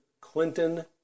Clinton